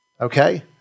okay